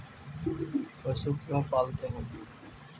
पशु क्यों पालते हैं?